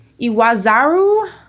Iwazaru